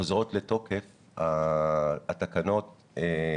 חוזרת לתוקף התפוסה